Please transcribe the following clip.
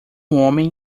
homem